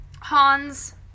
hans